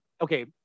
okay